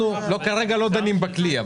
אנחנו כרגע לא דנים בכלי.